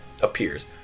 appears